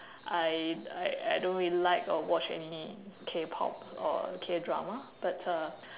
I I I don't really like or watch any Kpop or Kdrama but uh